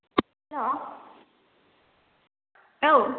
हेल' औ